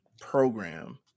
program